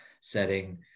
setting